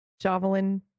javelin